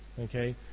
Okay